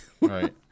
Right